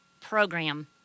program